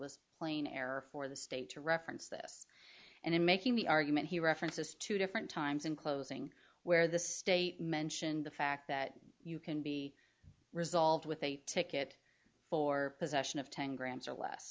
error for the state to reference this and in making the argument he references two different times in closing where the state mentioned the fact that you can be resolved with a ticket for possession of ten grams or less